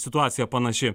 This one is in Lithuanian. situacija panaši